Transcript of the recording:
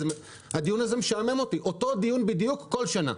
הדיון הזה משעמם אותי, אותו דיון בדיוק כל שנה.